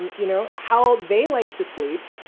and you know how they like to sleep.